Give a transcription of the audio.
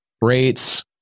rates